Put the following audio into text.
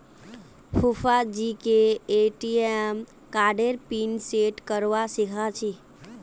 फूफाजीके ए.टी.एम कार्डेर PIN set करवा सीखा छि